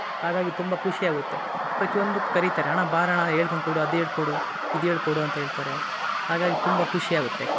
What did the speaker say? ಹಾಗಾಗಿ ತುಂಬ ಖುಷಿ ಆಗುತ್ತೆ ಪ್ರತಿಯೊಂದಕ್ಕು ಕರೀತಾರೆ ಅಣ್ಣ ಬಾರಣ್ಣ ಹೇಳ್ಕಂಡು ಕೊಡು ಅದು ಹೇಳಿಕೊಡು ಇದು ಹೇಳ್ಕೊಡು ಅಂತ ಹೇಳ್ತಾರೆ ಹಾಗಾಗಿ ತುಂಬ ಖುಷಿ ಆಗುತ್ತೆ